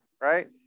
right